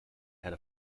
ahead